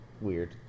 Weird